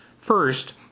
first